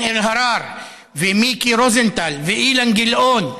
אלהרר ושל מיקי רוזנטל ואילן גילאון.